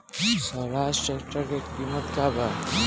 Swaraj tractor के किमत का बा?